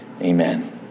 Amen